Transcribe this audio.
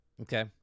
Okay